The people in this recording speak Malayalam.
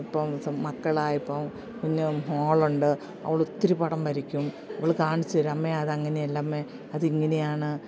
ഇപ്പം മക്കളായപ്പം പിന്നെ മോൾ ഉണ്ട് അവൾ ഒത്തിരി പടം വരയ്ക്കും അവൾ കാണിച്ചു തരും അമ്മെ അത് അങ്ങനെ അല്ല അമ്മേ അത് ഇങ്ങനെയാണ്